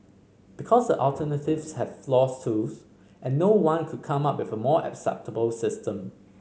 because the alternatives have flaws too and no one could come up with a more acceptable system